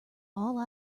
all